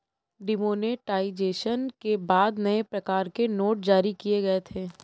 demonetisation के बाद नए प्रकार के नोट जारी किए गए थे